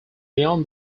beyond